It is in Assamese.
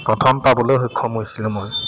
প্ৰথম পাবলৈ সক্ষম হৈছিলোঁ মই